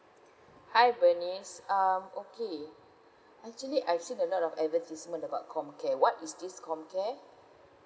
hi bernice um okay actually I've seen a lot of advertisement about comcare what is this comcare